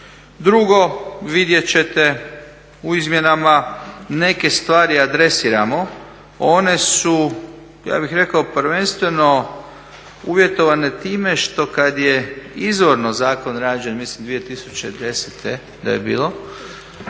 Drugo, vidjeti ćete u izmjenama neke stvari adresiramo, one su, ja bih rekao prvenstveno uvjetovane time što kada je izvorno zakon rađen mislim 2010. da je bilo